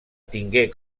tingué